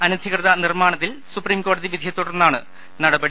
അനധികൃത നിർമ്മാണത്തിൽ സുപ്രീംകോ ടതി വിധിയെ തുടർന്നാണ് നടപടി